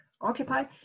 occupy